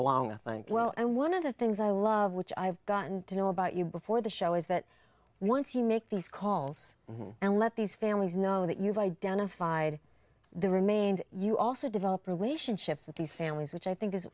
belong i think well and one of the things i love which i've gotten to know about you before the show is that once you make these calls and let these families know that you've identified the remains you also develop relationships with these families which i think is